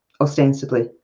ostensibly